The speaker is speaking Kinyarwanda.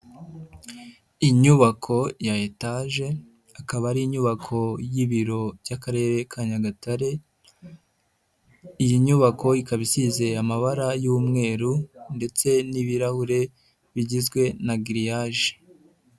Inyubako ya etaje, akaba ari inyubako y'ibiro by'Akarere ka Nyagatare, iyi nyubako ikaba isizeye amabara y'umweru ndetse n'ibirahure bigizwe na giririyaje.